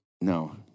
no